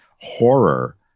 horror